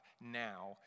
now